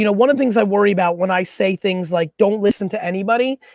you know one of the things i worry about when i say things like, don't listen to anybody,